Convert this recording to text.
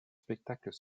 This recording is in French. spectacles